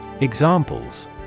Examples